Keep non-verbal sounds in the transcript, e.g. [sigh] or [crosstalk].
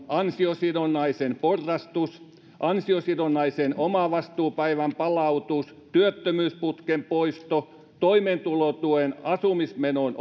ansiosidonnaisen porrastus ansiosidonnaisen omavastuupäivän palautus työttömyysputken poisto toimeentulotuen asumismenon [unintelligible]